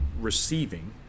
receiving